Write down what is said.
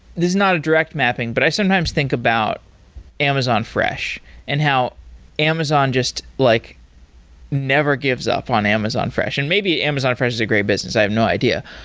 is not a direct mapping, but i sometimes think about amazon fresh and how amazon just like never gives up on amazon fresh. and maybe amazon fresh is a great business, i have no idea.